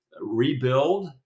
rebuild